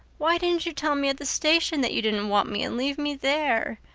why didn't you tell me at the station that you didn't want me and leave me there?